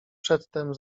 przedtem